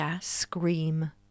scream